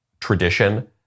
tradition